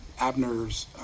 Abner's